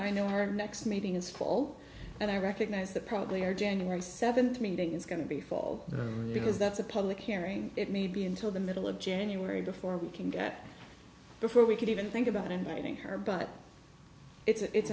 i know her next meeting is fall and i recognize that probably or january seventh meeting is going to be fall because that's a public hearing it may be until the middle of january before we can get before we could even think about inviting her but it's a